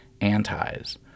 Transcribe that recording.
antis